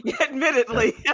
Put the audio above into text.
admittedly